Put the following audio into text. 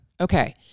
Okay